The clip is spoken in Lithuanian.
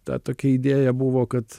ta tokia idėja buvo kad